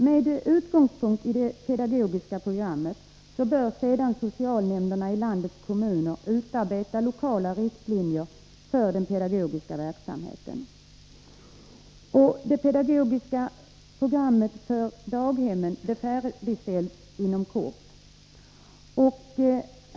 Med utgångspunkt i det pedagogiska programmet bör sedan socialnämnderna i landets kommuner utarbeta lokala riktlinjer för den pedagogiska verksamheten. Det pedagogiska programmet för daghemmen färdigställs inom kort.